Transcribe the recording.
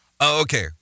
Okay